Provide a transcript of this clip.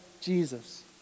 Jesus